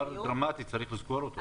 זה מספר דרמטי, צריך לזכור אותו.